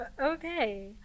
Okay